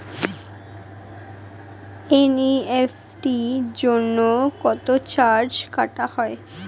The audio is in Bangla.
এন.ই.এফ.টি জন্য কত চার্জ কাটা হয়?